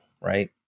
right